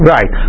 Right